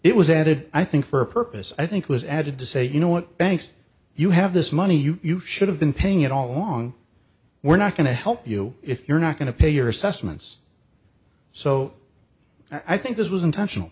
it was added i think for a purpose i think was added to say you know what banks you have this money you should have been paying it all along we're not going to help you if you're not going to pay your assessments so i think this was intentional